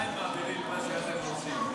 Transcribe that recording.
אתם עדיין מעבירים מה שאתם רוצים,